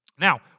Now